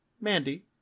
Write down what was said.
Mandy